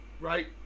right